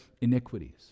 iniquities